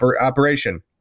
operation